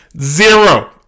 Zero